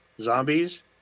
zombies